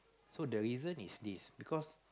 so the reason is is because